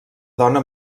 dona